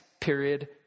period